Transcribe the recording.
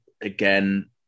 again